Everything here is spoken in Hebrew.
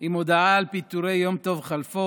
עם ההודעה על פיטורי יום טוב כלפון,